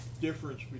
difference